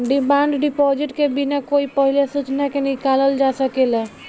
demand deposit के बिना कोई पहिले सूचना के निकालल जा सकेला